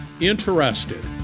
interested